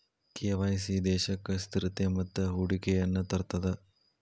KYC ದೇಶಕ್ಕ ಸ್ಥಿರತೆ ಮತ್ತ ಹೂಡಿಕೆಯನ್ನ ತರ್ತದ